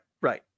right